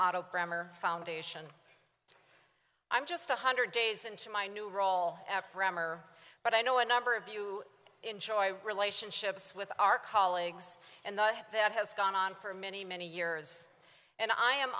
auto bremmer foundation i'm just one hundred days into my new role at bremmer but i know a number of you enjoy relationships with our colleagues and that has gone on for many many years and i am